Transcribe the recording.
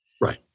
Right